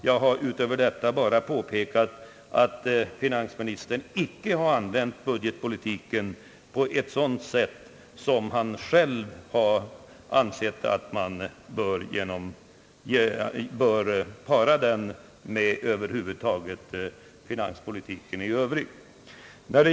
Jag har därutöver påpekat, Allmänpolitisk debatt att finansministern icke har använt budgetpolitiken på ett sätt som han själv har ansett, d. v. s. att den bör paras med finanspolitiken i övrigt.